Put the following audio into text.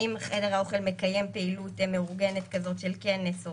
אם חדר האוכל מקיים פעילות מאורגנת כזאת של כנס או